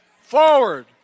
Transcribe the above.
forward